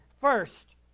First